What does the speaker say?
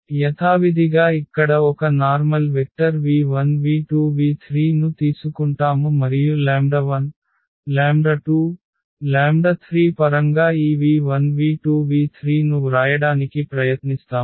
యథావిధిగా ఇక్కడ ఒక normal vector v1 v2 v3 ను తీసుకుంటాము మరియు 1 2 3 పరంగా ఈv1 v2 v3 ను వ్రాయడానికి ప్రయత్నిస్తాము